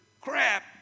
crap